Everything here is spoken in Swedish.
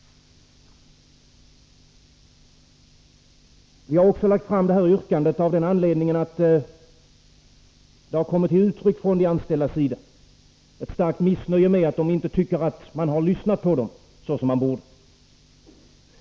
Vi har lagt fram vårt särskilda yrkande också av den anledningen att det från de anställdas sida kommit till uttryck ett starkt missnöje med att man inte har lyssnat på dem som man borde.